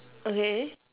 okay